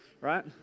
right